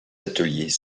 ateliers